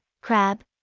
crab